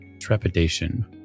trepidation